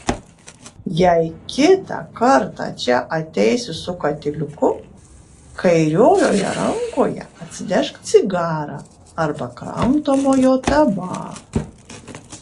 jei kitą kartą čia ateisi su katiliuku kairiojoje rankoje atsinešk cigarą arba kramtomojo tabako